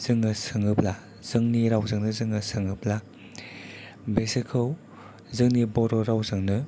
जोङो सोङोब्ला जोंनि रावजोंनो जोङो सोङोब्ला बेसोरखौ जोंनि बर' रावजोंनो